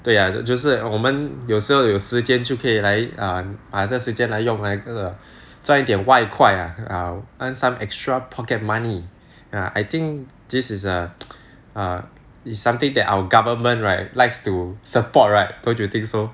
对呀这就是我们有时候有时间就可以来 err 把这时间来用来赚一点外快啊 earn some extra pocket money I think this is err err is something that our government right likes to support right don't you think so